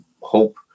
hope